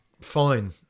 fine